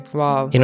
wow